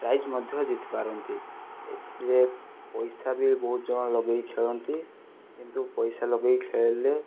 prize ମଧ୍ୟ ଜିତିପାରନ୍ତି ଏଥିରେ ପଇସା ବି ବହୁତ ଜଣ ଲଗେଇକି ଖେଳନ୍ତି କିନ୍ତୁ ପଇସା ଲଗେଇ ଖେଳିଲେ